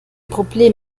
problem